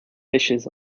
fishes